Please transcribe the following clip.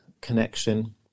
connection